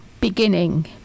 beginning